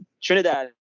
Trinidad